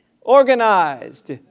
organized